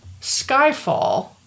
Skyfall